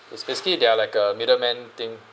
it's basically they are like a middleman thing